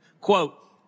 quote